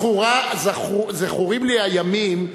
זכורים לי הימים,